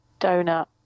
donut